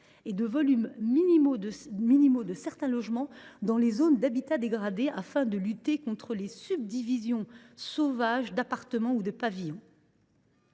et volumes minimaux de certains logements dans les zones d’habitat dégradé, et ce afin de lutter contre les subdivisions sauvages d’appartements ou de pavillons.